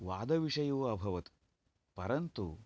वादविषयो अभवत् परन्तु